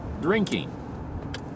drinking